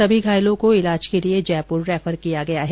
सभी घायलों को इलाज के लिए जयपुर रैफर किया गया है